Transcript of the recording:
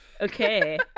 Okay